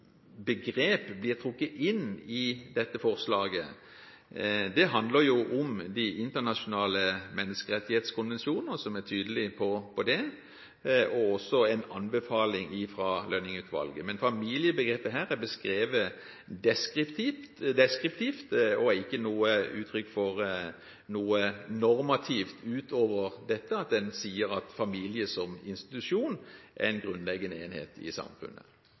begrep blir trukket inn i dette forslaget, bygger jo på de internasjonale menneskerettighetskonvensjonene, som er tydelige på dette, og også på en anbefaling fra Lønning-utvalget. Men familiebegrepet her er beskrevet deskriptivt og er ikke et uttrykk for noe normativt, utover at det sier at familien som institusjon er en grunnleggende enhet i samfunnet.